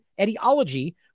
etiology